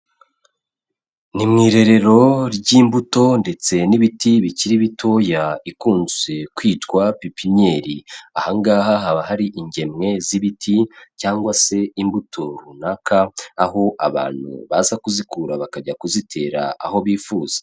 Ni mu irerero ry'imbuto ndetse n'ibiti bikiri bitoya ikunze kwitwa pipinnyeri, aha ngaha haba hari ingemwe z'ibiti cyangwa se imbuto runaka, aho abantu baza kuzikura bakajya kuzitera aho bifuza.